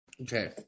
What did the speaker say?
Okay